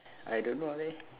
I don't know leh